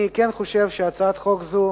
אני חושב שהצעת חוק זו